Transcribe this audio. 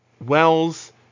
Wells